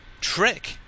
trick